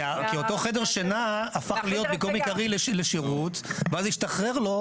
כי אותו שטח שינה הפך במקום עיקרי לשירות ואז השתחררו לו